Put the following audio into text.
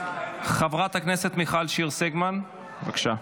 חברת הכנסת מיכל שיר סגמן, בבקשה.